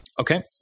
Okay